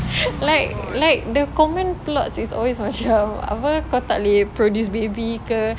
like like the common plots is always macam apa kau tak boleh produce baby ke